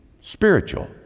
spiritual